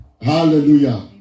Hallelujah